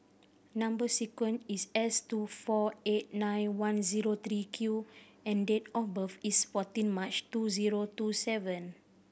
number sequence is S two four eight nine one zero three Q and date of birth is fourteen March two zero two seven